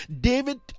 David